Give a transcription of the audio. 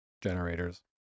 generators